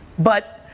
but,